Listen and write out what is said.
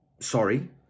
sorry